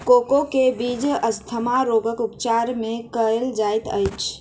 cocoa के बीज asthma रोगक उपचार मे कयल जाइत अछि